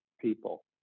people